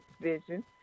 vision